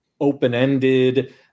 open-ended